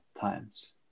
times